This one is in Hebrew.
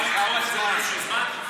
אפשר לתחום באיזשהו זמן?